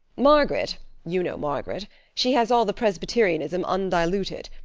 margaret you know margaret she has all the presbyterianism undiluted.